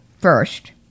first